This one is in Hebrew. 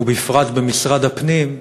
ובפרט במשרד הפנים,